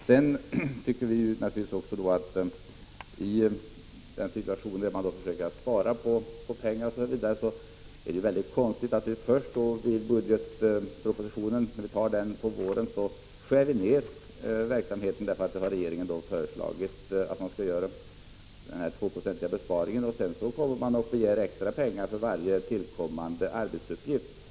Vi tycker naturligtvis också att det, i en situation där man försöker spara pengar, är mycket konstigt att först genom att på våren godta budgetpropositionen få vara med om att skära ned verksamheten, därför att regeringen föreslagit en 2-procentig besparing, och sedan uppleva att det begärs extra pengar för varje tillkommande arbetsuppgift.